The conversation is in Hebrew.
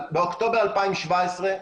באוקטובר 2017,